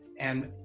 and,